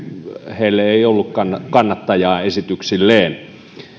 heillä ei ollutkaan kannattajaa esityksilleen